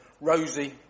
Rosie